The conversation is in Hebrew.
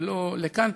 ולא לכאן,